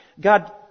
God